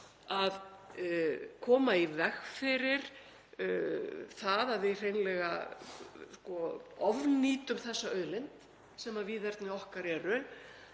að koma í veg fyrir að við hreinlega ofnýtum þessa auðlind sem víðerni okkar eru